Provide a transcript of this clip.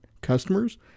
customers